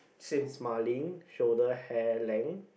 smiling shoulder hair length